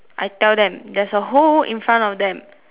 I tell them there's a hole in front of them